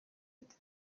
ati